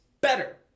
better